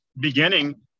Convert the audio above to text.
beginning